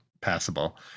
passable